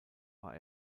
war